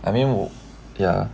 I mean 我 ya